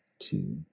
two